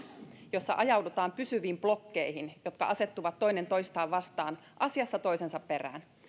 jossa ajaudutaan pysyviin blokkeihin jotka asettuvat toinen toistaan vastaan asiassa toisensa perään